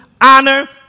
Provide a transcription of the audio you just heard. honor